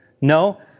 No